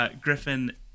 Griffin